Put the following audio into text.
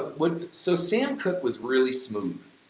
would, so sam cooke was really smooth,